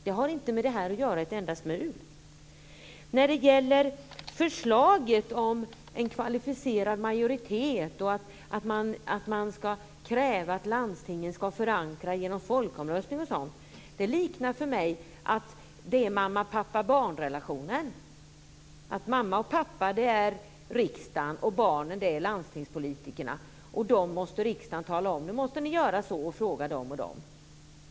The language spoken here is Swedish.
Det har inte med det här att göra ett enda smul. Förslaget om kvalificerad majoritet, att man ska kräva att landstingen ska förankra genom folkomröstning och sådant, liknar för mig mamma-pappa-barnrelationen. Mamma och pappa är riksdagen och barnen är landstingspolitikerna. Riksdagen måste tala om för dem: Nu måste ni göra så och så och fråga dem och dem.